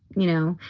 you know,